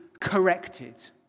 corrected